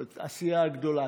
או את הסיעה הגדולה,